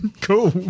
cool